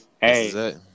hey